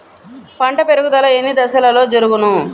పంట పెరుగుదల ఎన్ని దశలలో జరుగును?